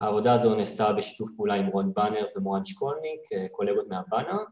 ‫העבודה הזו נעשתה בשיתוף פעולה ‫עם רון באנר ומורן שקולניק, ‫קולגות מהבאנר.